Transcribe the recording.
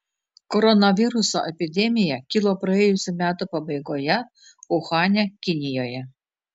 koronaviruso epidemija kilo praėjusių metų pabaigoje uhane kinijoje